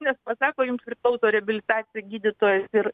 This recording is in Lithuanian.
nes pasako jums priklauso reabilitacija gydytojas ir